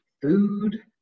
food